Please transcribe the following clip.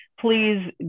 please